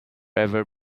ever